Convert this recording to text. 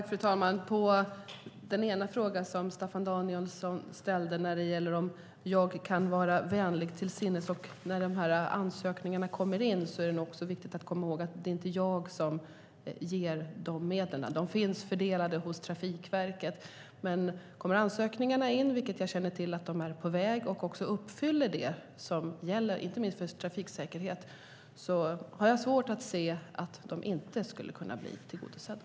Fru talman! På den ena fråga som Staffan Danielsson ställde, om jag kan vara vänlig till sinnes när ansökningarna kommer in, måste jag svara att det är viktigt att komma ihåg att det inte är jag som ger medlen. De finns fördelade hos Trafikverket. Men kommer ansökningarna in, och jag vet att de är på väg, och uppfyller det som gäller inte minst för trafiksäkerhet har jag svårt att se att de inte skulle bli tillgodosedda.